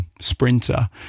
sprinter